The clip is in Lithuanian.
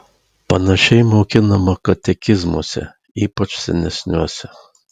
panašiai mokinama katekizmuose ypač senesniuose